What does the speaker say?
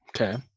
Okay